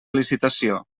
licitació